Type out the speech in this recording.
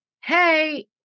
hey